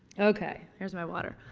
okay. there's my water.